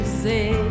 say